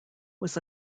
was